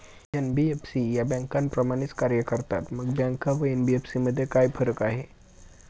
NBFC या बँकांप्रमाणेच कार्य करतात, मग बँका व एन.बी.एफ.सी मध्ये काय फरक आहे?